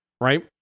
right